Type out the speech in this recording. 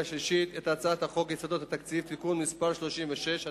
שלישית את הצעת חוק יסודות התקציב (תיקון מס' 36),